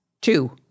Two